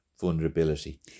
vulnerability